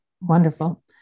Wonderful